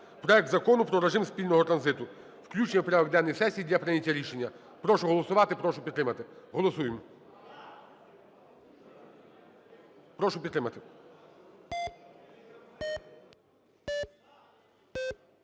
проект Закону про режим спільного транзиту. Включення в порядок денний сесії для прийняття рішення. Прошу голосувати, прошу підтримати. Голосуємо. Прошу підтримати.